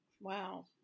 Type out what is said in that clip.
Wow